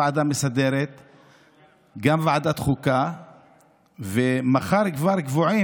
אבל איך בכלל ללכת ולהביא כזאת הצעת חוק ולא להתבייש בזה שבכנסת ישראל,